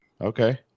Okay